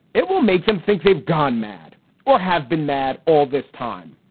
it will make them think they've gone mad or have been mad all this time.